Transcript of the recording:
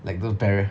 like those barri~